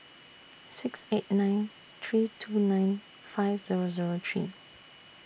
six eight nine three two nine five Zero Zero three